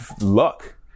luck